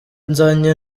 nzanye